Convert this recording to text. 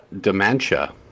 dementia